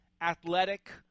athletic